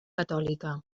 catòlica